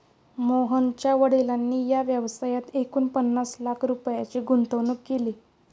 मोहनच्या वडिलांनी या व्यवसायात एकूण पन्नास लाख रुपयांची गुंतवणूक केली